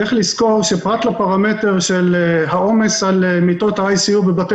צריך לזכור שפרט לפרמטר של העומס על מיטות ה-ICU בבתי